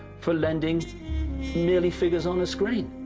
for lending nearly figures on a screen.